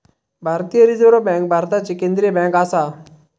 भारतीय reserve bank भारताची केंद्रीय बँक आसा